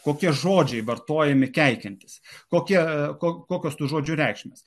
kokie žodžiai vartojami keikiantis kokia ko kokios tų žodžių reikšmės